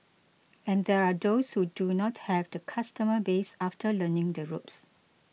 and there are those who do not have the customer base after learning the ropes